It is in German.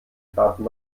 traten